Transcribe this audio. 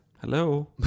Hello